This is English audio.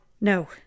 No